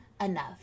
enough